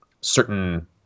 certain